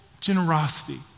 generosity